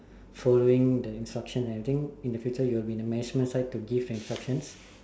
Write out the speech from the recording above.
following the instruction everything in the future you will be in the management side to give an instructions